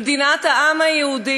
במדינת העם היהודי,